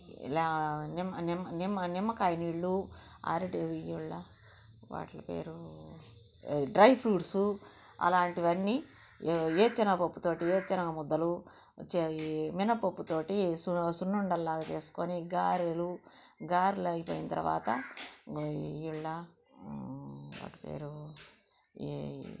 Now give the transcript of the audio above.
ఇలా నిమ్మ నిమ్మ నిమ్మ నిమ్మకాయ నీళ్ళు అరటి వియ్యుళ్ల వాటిలో పేరు డ్రై ఫ్రూట్సు అలాంటివన్నీ వేరుశనగపప్పుతోటి వేరుశనగ ముద్దలు ఈ మినప్పప్పుతోటి సున్నుండల లాగా చేసుకొని గారెలు గారెలు అయిపోయిన తరువాత వియ్యుళ్ల వాటి పేరు ఈ